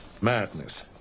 Madness